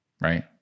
right